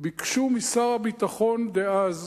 ביקשו משר הביטחון דאז,